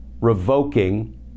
revoking